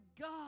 God